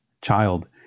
Child